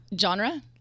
genre